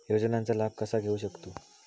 योजनांचा लाभ कसा घेऊ शकतू?